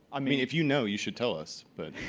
i mean, if you know, you should tell us. but